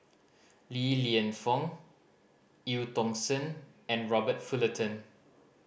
Li Lienfung Eu Tong Sen and Robert Fullerton